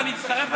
ואני מצטרף אליך?